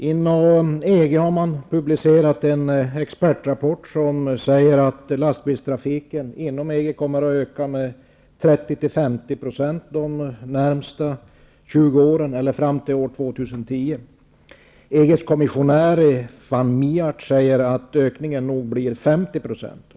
Inom EG har det publicerats en expertrapport, enligt vilken lastbilstrafiken inom EG kommer att öka med 30--50% under de närmaste 20 åren, eller fram till år 2010. EG:s kommissionär, van Miert, spår att ökningen blir 50 %.